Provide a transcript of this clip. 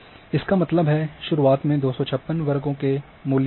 इसका मतलब है शुरूआत में 256 वर्गों के मूल्य होंगे